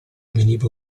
veniva